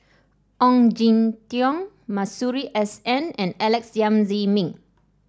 Ong Jin Teong Masuri S N and Alex Yam Ziming